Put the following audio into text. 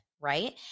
right